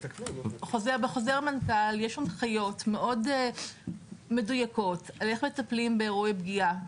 בחוזר מנכ"ל יש הנחיות מאוד מדויקות איך מטפלים באירועי פגיעה.